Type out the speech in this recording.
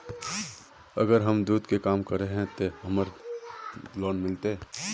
अगर हम दूध के काम करे है ते हमरा लोन मिलते?